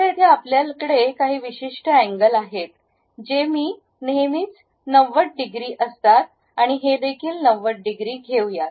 आता येथे आपल्याकडे काही विशिष्ट अँगल आहेत जे मी नेहमीच 90 डिग्री असतात आणि हे देखील 90 डिग्री घेऊया